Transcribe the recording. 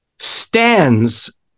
stands